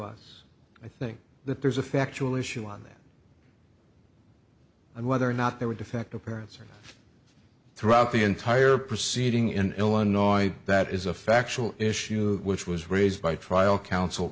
us i think that there's a factual issue on that and whether or not there were defective parents throughout the entire proceeding in illinois that is a factual issue which was raised by trial counsel